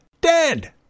Dead